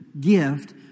gift